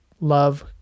love